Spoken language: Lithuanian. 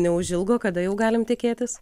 neužilgo kada jau galim tikėtis